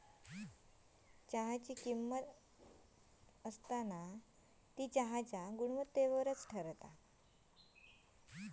चहाची किंमत चहाच्या गुणवत्तेवर ठरता